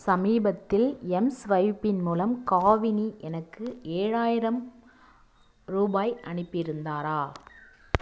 சமீபத்தில் எம்ஸ்வைப்பின் மூலம் காவினி எனக்கு ஏழாயிரம் ரூபாய் அனுப்பி இருந்தாரா